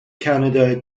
canada